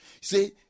See